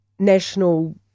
National